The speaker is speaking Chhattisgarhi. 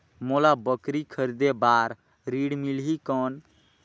मोला बकरी खरीदे बार ऋण मिलही कौन?